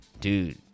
Dude